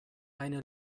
eine